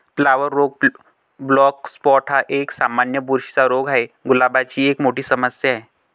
flower रोग black spot हा एक, सामान्य बुरशीचा रोग आहे, गुलाबाची एक मोठी समस्या आहे